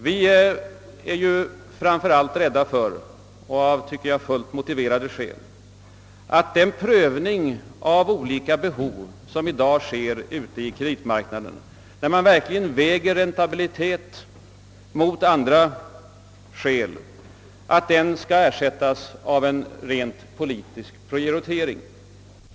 Vi är framför allt rädda för — på goda grunder, tycker jag att den prövning av olika behov som i dag sker ute på kreditmarknaden, varvid man verkligen väger räntabilitet och andra skäl mot varandra, skall ersättas av en rent politisk prioritering.